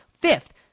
fifth